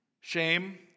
Shame